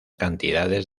cantidades